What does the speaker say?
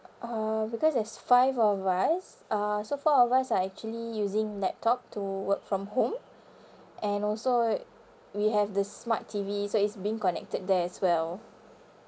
uh because there's five of us uh so four of us are actually using laptop to work from home and also uh we have the smart T_V so it's being connected there as well